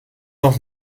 noch